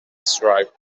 strive